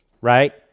right